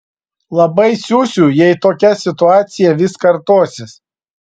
labai siusiu jei tokia situacija vis kartosis